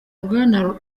bwana